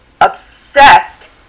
obsessed